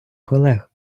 колег